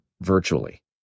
virtually